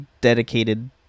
dedicated